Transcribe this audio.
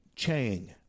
Chang